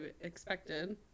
expected